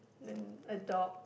and a dog